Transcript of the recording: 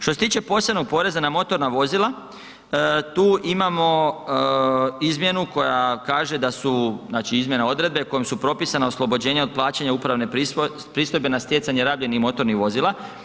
Što se tiče posebnog poreza na motorna vozila, tu imamo izmjenu koja kaže da su, znači izmjena odredbe kojom su propisana oslobođenja od plaćanja upravne pristojbe na stjecanje rabljenih motornih vozila.